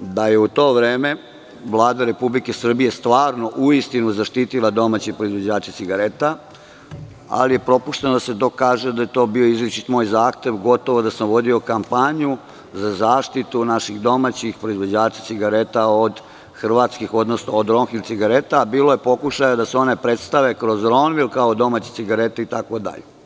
da je u to vreme Vlada Republike Srbije stvarno uistinu zaštitila domaće proizvođače cigareta, ali je propušteno da se dokaže da je to bio izričit moj zahtev, gotovo da sam vodio kampanju za zaštitu naših domaćih proizvođača cigareta od hrvatskih, odnosno od „Ronhil“ cigareta, a bilo je pokušaja da se one predstave kroz „Ronvil“ kao domaće cigarete itd.